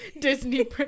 disney